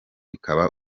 ikaba